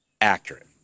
accurate